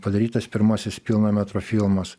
padarytas pirmasis pilno metro filmas